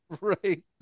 Right